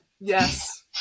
Yes